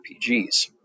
RPGs